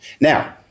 Now